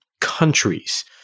countries